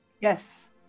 Yes